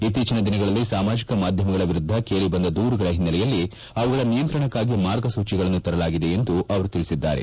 ಇತ್ತೀಚಿನ ದಿನಗಳಲ್ಲಿ ಸಾಮಾಜಿಕ ಮಾಧ್ಯಮಗಳ ವಿರುದ್ದ ಕೇಳಿ ಬಂದ ದೂರುಗಳ ಹಿನ್ನೆಲೆಯಲ್ಲಿ ಅವುಗಳ ನಿಯಂತ್ರಣಕ್ಕಾಗಿ ಮಾರ್ಗಸೂಚಿಗಳನ್ನು ತರಲಾಗಿದೆ ಎಂದು ತಿಳಿಸಿದರು